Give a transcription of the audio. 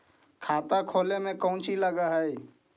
खाता खोले में कौचि लग है?